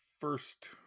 first